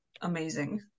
amazing